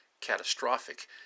catastrophic